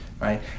right